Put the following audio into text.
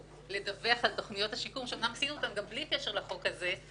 לדווח על תכניות השיקום גם בלי קשר לחוק הזה.